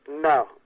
no